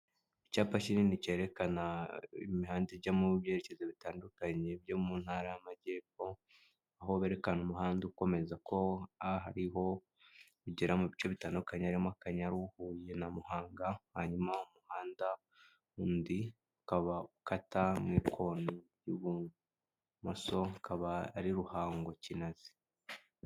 Icyapa kinini cyerekana imihanda ijya mu byerekezo bitandukanye byo mu ntara y'amajyepfo, aho berekana umuhanda ukomeza ko hariho ugera mu bice bitandukanye harimo Akanyayaru, Huye na Muhanga hanyuma umuhanda undi ukaba ukata mu ikoni ry'ibumoso ukaba ari Ruhango Kinazi.